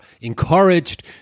encouraged